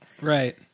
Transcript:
Right